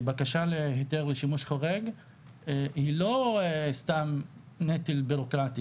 שבקשה להיתר לשימוש חורג היא לא סתם נטל בירוקרטי.